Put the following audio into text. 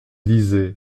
disait